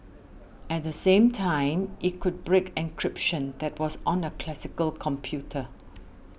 at the same time it could break encryption that was on a classical computer